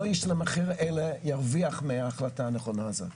לא ישלם מחיר אלא ירוויח מההחלטה הנכונה הזאת.